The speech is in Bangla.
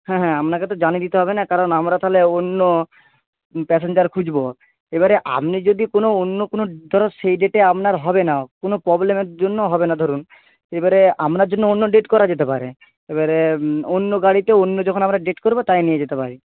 হ্যাঁ হ্যাঁ আপনাকে তো জানিয়ে দিতে হবে না কারণ আমরা তাহলে অন্য প্যাসেঞ্জার খুঁজব এবারে আপনি যদি কোনো অন্য কোনো ধরো সেই ডেটে আপনার হবে না কোনো প্রবলেমের জন্য হবে না ধরুন এবারে আপনার জন্য অন্য ডেট করা যেতে পারে এবারে অন্য গাড়িতে অন্য যখন আমরা ডেট করব তাই নিয়ে যেতে পারি